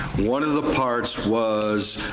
one of the parts was.